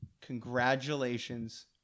congratulations